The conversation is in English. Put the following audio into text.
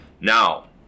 Now